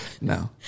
No